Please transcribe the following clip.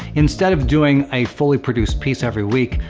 instead of doing a fully produced piece every week,